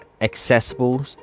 accessible